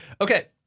Okay